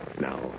Now